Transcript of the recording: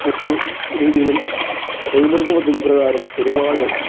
മറ്റു രീതീയിലും തൊഴിലുറപ്പ് പദ്ധതിപ്പ്രകാരം ഒരുപാട്